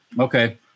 okay